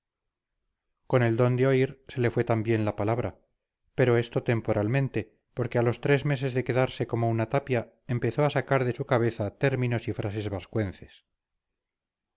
con el don de oír se le fue también la palabra pero esto temporalmente porque a los tres meses de quedarse como una tapia empezó a sacar de su cabeza términos y frases